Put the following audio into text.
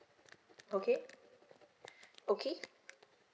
okay okay